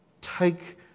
take